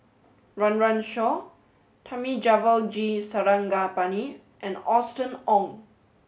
Run Run Shaw Thamizhavel G Sarangapani and Austen Ong